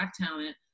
talent